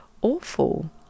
awful